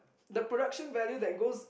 the production value that goes